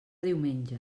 diumenge